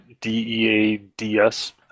D-E-A-D-S